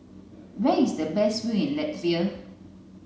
where is the best view in Latvia